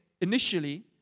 initially